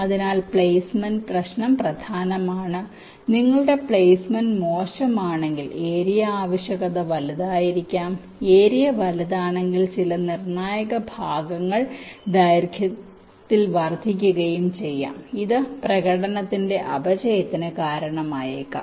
അതിനാൽ പ്ലേസ്മെന്റ് പ്രശ്നം പ്രധാനമാണ് നിങ്ങളുടെ പ്ലേസ്മെന്റ് മോശമാണെങ്കിൽ ഏരിയ ആവശ്യകത വലുതായിരിക്കാം ഏരിയ വലുതാണെങ്കിൽ ചില നിർണായക ഭാഗങ്ങൾ ദൈർഘ്യത്തിൽ വർദ്ധിക്കുകയും ചെയ്യാം ഇത് പ്രകടനത്തിന്റെ അപചയത്തിന് കാരണമായേക്കാം